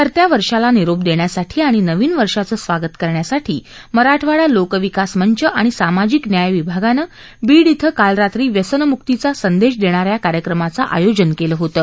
सरत्या वर्षाला निरोप देण्यासाठी आणि नवीन वर्षाचं स्वागत करण्यासाठी मराठवाडा लोकविकास मंच आणि सामाजिक न्याय विभागानं बीड इथं काल रात्री व्यसनमुक्तीचा संदेश देणार्या कार्यक्रमाचं आयोजन केलं होतं